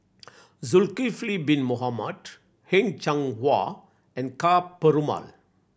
Zulkifli Bin Mohamed Heng Cheng Hwa and Ka Perumal